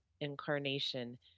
incarnation